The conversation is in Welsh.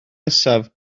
nesaf